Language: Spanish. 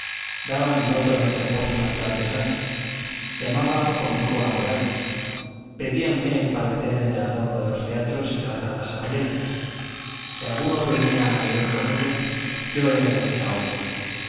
daba mi voto en el reposo natural de sánchez llamaba bonico a morales pedíanme el parecer en el adorno de los teatros y trazar las apariencias si alguno venía a leer comedia yo era el que la oía